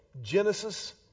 Genesis